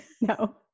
No